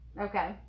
Okay